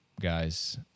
guys